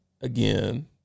again